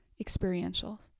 experiential